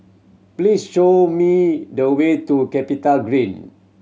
please show me the way to CapitaGreen